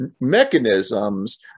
mechanisms